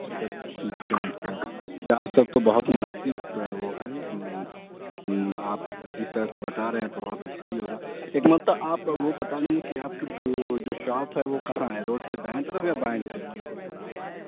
اچھا تو سب ٹھیک کیا آج سب تو بہت مناسب وہ ہے آپ جس طرح سے بتا رہے ہیں تو بہت اچھا ہی ہوگا ایک مطلب آپ وہ بتا دیں گے کہ آپ کی جو شاپ ہے وہ کہاں ہے روڈ کے دائیں طرف یا بائیں جانب